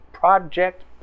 Project